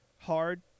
hard